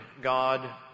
God